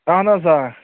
اَہَن حظ آ